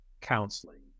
counseling